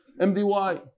MDY